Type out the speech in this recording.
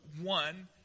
one